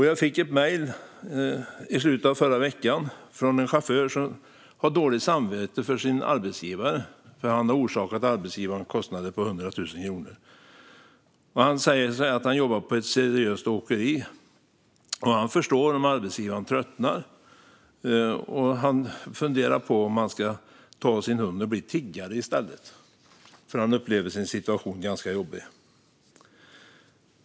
Jag fick ett mejl i slutet av förra veckan från en chaufför som hade dåligt samvete för sin arbetsgivares skull eftersom han orsakat arbetsgivaren kostnader på 100 000 kronor. Han säger att han jobbar på ett seriöst åkeri och förstår om arbetsgivaren tröttnar. Han funderar på om han ska ta sin hund och bli tiggare i stället eftersom han upplever sin situation som ganska jobbig.